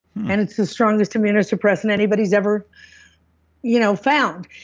and it's the strongest immunosuppressant anybody's ever you know found,